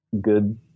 good